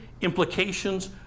implications